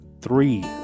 three